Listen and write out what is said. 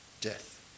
death